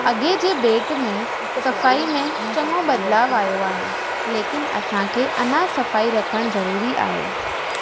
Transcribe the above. अॻिए जे भेट में सफाई में चङो बदिलावु आहियो आहे लेकिन असांखे अञा सफाई रखिणु ज़रूरी आहे